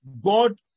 God